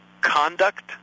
conduct